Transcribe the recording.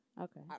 Okay